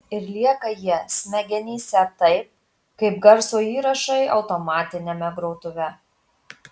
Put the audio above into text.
ir lieka jie smegenyse taip kaip garso įrašai automatiniame grotuve